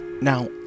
Now